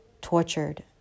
tortured